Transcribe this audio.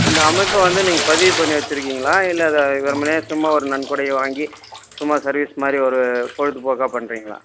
இந்த அமைப்பை வந்து நீங்கள் பதிவு பண்ணி வைச்சிருக்கீங்களா இல்லை அதை வெறுமனே சும்மா ஒரு நன்கொடையை வாங்கி சும்மா சர்வீஸ் மாதிரி ஒரு பொழுதுபோக்காக பண்ணுறீங்களா